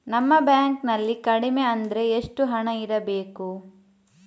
ನಮ್ಮ ಬ್ಯಾಂಕ್ ನಲ್ಲಿ ಕಡಿಮೆ ಅಂದ್ರೆ ಎಷ್ಟು ಹಣ ಇಡಬೇಕು?